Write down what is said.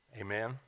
Amen